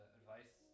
advice